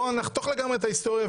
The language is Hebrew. בוא נחתוך לגמרי את ההיסטוריה,